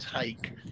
take